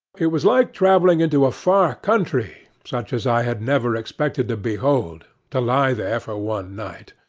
it was like travelling into a far country, such as i had never expected to behold, to lie there for one night.